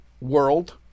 world